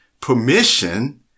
permission